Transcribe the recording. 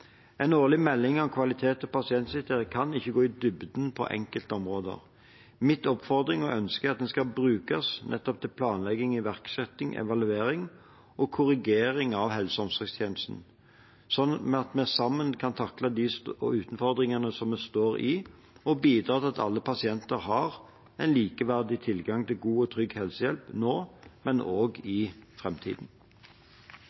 En årlig melding om kvalitet og pasientsikkerhet kan ikke gå i dybden på enkeltområder. Min oppfordring og mitt ønske er at den skal brukes nettopp til planlegging, iverksetting, evaluering og korrigering av helse- og omsorgstjenesten, slik at vi sammen kan takle de utfordringene vi står i, og bidra til at alle pasienter har en likeverdig tilgang til god og trygg helsehjelp – nå, men også i